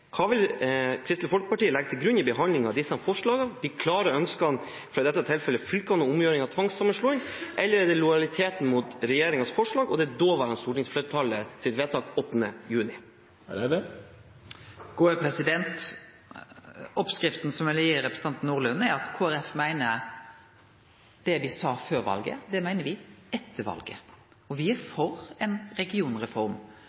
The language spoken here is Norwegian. Hva vil Kristelig Folkeparti legge til grunn i behandlingen av disse forslagene – de klare ønskene fra i dette tilfellet fylkene om omgjøring av tvangssammenslåingen eller lojaliteten til regjeringens forslag og det daværende stortingsflertallets vedtak 8. juni? Oppskrifta som eg vil gi representanten Nordlund, er: Det Kristeleg Folkeparti meinte før valet, meiner me etter valet. Me er for ei regionreform, og me registrerer at